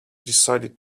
decided